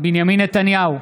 בנימין נתניהו,